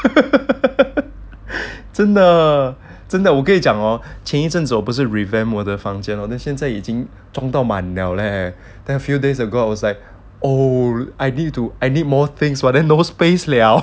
真的真的我跟你讲 hor 前一阵子我不是 revamp 我的房间 lor then 现在已经装到满 liao leh then a few days ago I was like oh I need to I need more things but then no space liao